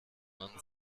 man